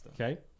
Okay